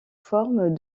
forme